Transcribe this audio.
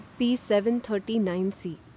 P739C